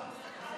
אני לא יכול